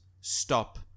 stop